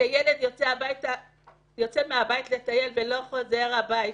כשילד יוצא מהבית לטייל ולא חוזר הביתה?